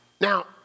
Now